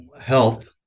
health